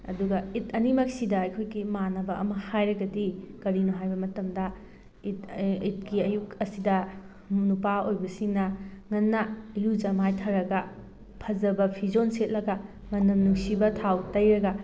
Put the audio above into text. ꯑꯗꯨꯒ ꯏꯠ ꯑꯅꯤꯃꯛꯁꯤꯗ ꯑꯩꯈꯣꯏꯒꯤ ꯃꯥꯅꯕ ꯑꯃ ꯍꯥꯏꯔꯒꯗꯤ ꯀꯔꯤꯅꯣ ꯍꯥꯏꯕ ꯃꯇꯝꯗ ꯏꯠ ꯏꯠꯀꯤ ꯑꯌꯨꯛ ꯑꯁꯤꯗ ꯅꯨꯄꯥ ꯑꯣꯏꯕꯁꯤꯡꯅ ꯉꯟꯅ ꯏꯔꯨꯖ ꯃꯥꯏꯊꯔꯒ ꯐꯖꯕ ꯐꯤꯖꯣꯜ ꯁꯦꯠꯂꯒ ꯃꯅꯝ ꯅꯨꯡꯁꯤꯕ ꯊꯥꯎ ꯇꯩꯔꯒ